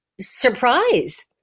surprise